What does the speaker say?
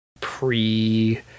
pre